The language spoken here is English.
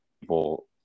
people